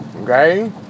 okay